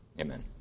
Amen